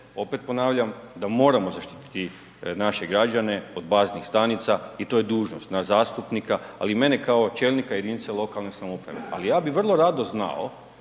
opet ponavljam da moramo zaštiti naše građane od baznih stanica i to je dužnost nas zastupnika, ali i mene kao čelnika jedinice lokalne samouprave. Ali ja bi vrlo rado znao,